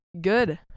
Good